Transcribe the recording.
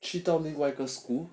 去到哪里